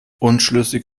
unschlüssig